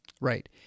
Right